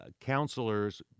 counselors